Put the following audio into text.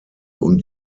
und